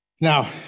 Now